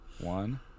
One